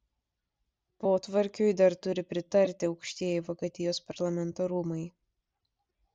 potvarkiui dar turi pritarti aukštieji vokietijos parlamento rūmai